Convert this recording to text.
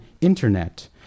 internet